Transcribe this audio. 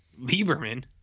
Lieberman